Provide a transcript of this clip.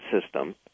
system